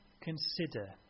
consider